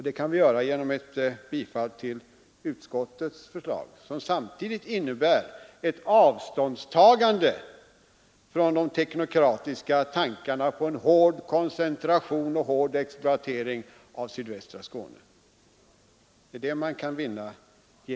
Det kan vi göra genom ett bifall till utskottets förslag, som samtidigt innebär ett avståndstagande från de teknokratiska tankarna på en hård koncentration och exploatering i sydvästra Skåne.